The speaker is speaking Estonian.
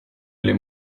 oli